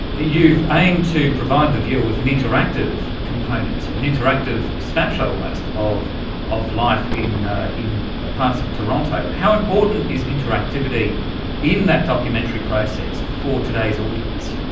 you've aimed to provide the viewer with an interactive component, an interactive snapshot almost of of life in ah in ah parts of toronto. how important is interactivity in that documentary process for today's audience?